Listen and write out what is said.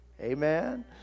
Amen